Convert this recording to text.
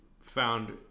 found